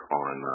on